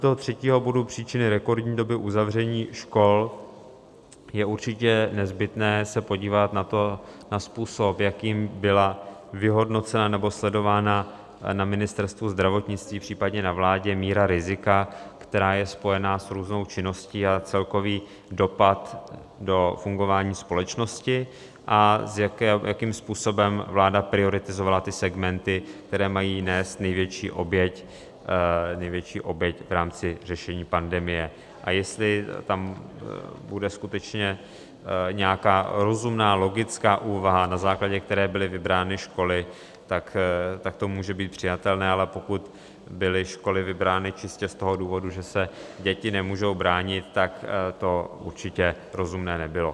V rámci třetího bodu příčiny rekordní doby uzavření škol je určitě nezbytné se podívat na způsob, jakým byla vyhodnocena nebo sledována na Ministerstvu zdravotnictví, případně na vládě míra rizika, která je spojena s různou činností, a celkový dopad do fungování společnosti, a jakým způsobem vláda prioritizovala segmenty, které mají nést největší oběť v rámci řešení pandemie, a jestli tam bude skutečně nějaká rozumná, logická úvaha, na základě které byly vybrány školy, tak to může být přijatelné, ale pokud byly školy vybrány čistě z toho důvodu, že se děti nemůžou bránit, tak to určitě rozumné nebylo.